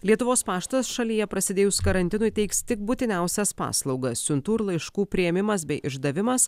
lietuvos paštas šalyje prasidėjus karantinui teiks tik būtiniausias paslaugas siuntų ir laiškų priėmimas bei išdavimas